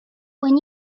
when